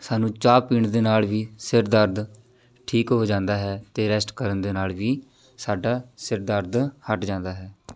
ਸਾਨੂੰ ਚਾਹ ਪੀਣ ਦੇ ਨਾਲ਼ ਵੀ ਸਿਰ ਦਰਦ ਠੀਕ ਹੋ ਜਾਂਦਾ ਹੈ ਅਤੇ ਰੈਸਟ ਕਰਨ ਦੇ ਨਾਲ਼ ਵੀ ਸਾਡਾ ਸਿਰ ਦਰਦ ਹਟ ਜਾਂਦਾ ਹੈ